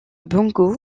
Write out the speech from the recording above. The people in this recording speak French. bongo